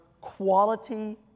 quality